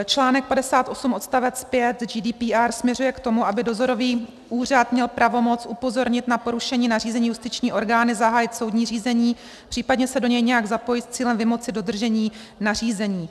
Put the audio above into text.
Článek 58 odst. 5 GDPR směřuje k tomu, aby dozorový úřad měl pravomoc upozornit na porušení nařízení justiční orgány, zahájit soudní řízení, případně se do něj nějak zapojit s cílem vymoci dodržení nařízení.